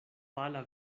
pala